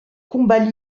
combat